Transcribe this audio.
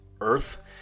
Earth